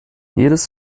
jedes